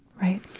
right.